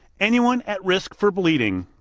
anyone at risk for bleeding.